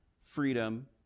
freedom